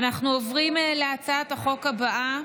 אנחנו עוברים להצעת החוק הבאה,